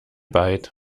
byte